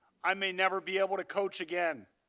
i may never be able to coach again.